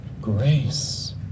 grace